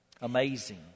amazing